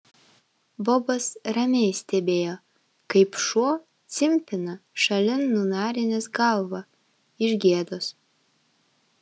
bobas ramiai stebėjo kaip šuo cimpina šalin nunarinęs galvą iš gėdos